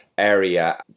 area